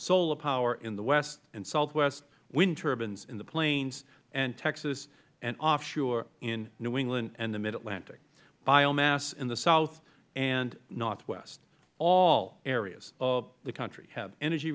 solar power in the west and southwest wind turbines in the plains and texas and offshore in new england and the mid atlantic biomass in the south and northwest all areas of the country have energy